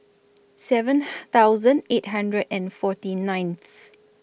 seven thousand eight hundred and forty ninth